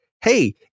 hey